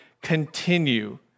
continue